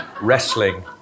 wrestling